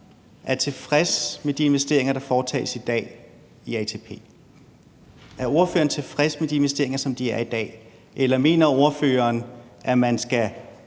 er tilfreds med de investeringer, der foretages af ATP i dag. Er ordføreren tilfreds med de investeringer, som de er i dag, eller mener ordføreren, at ATP skal